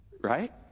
right